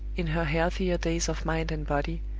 in her healthier days of mind and body,